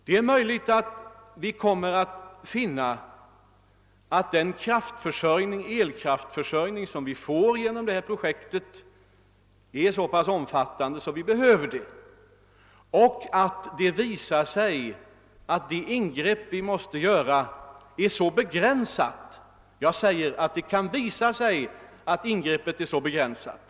Det är möjligt att vi kommer att finna att den eikraftproduktion vi får genom detta projekt blir så omfattande att vi inte anser oss kunna avstå från den, och det kan även visa sig att det ingrepp vi måste göra kan bli mycket begrän sat.